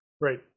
Right